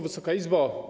Wysoka Izbo!